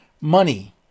money